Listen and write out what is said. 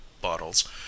bottles